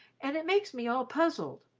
and it makes me all puzzled.